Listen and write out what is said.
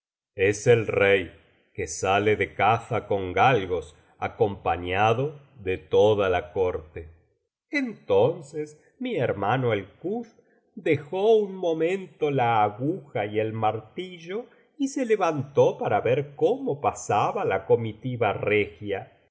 es el rey que sale de caza con galgos acompañado de toda la corte entonces mi hermano el kuz dejó un momento la aguja y el martillo y se levantó para ver cómo pasaba la comitiva regia y